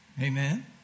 Amen